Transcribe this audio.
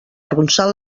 arronsar